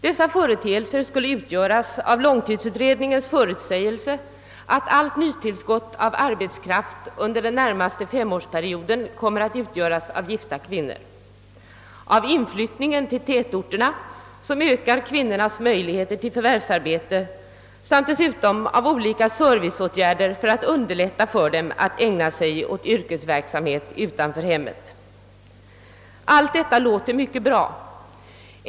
Dessa företeelser skulle vara långtidsutredningens förutsägelse att allt nytillskott av arbetskraft under den närmaste femårsperioden kommer att utgöras av gifta kvinnor, inflyttningen till tätorterna som ökar kvinnornas möjligheter till förvärvsarbete samt dessutom olika serviceåtgärder för att underlätta för gifta kvinnor att ägna sig åt yrkesverksamhet utanför hemmet. Allt detta låter mycket bra.